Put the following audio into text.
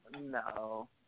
no